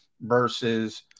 versus